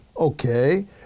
Okay